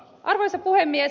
arvoisa puhemies